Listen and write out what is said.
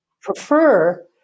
prefer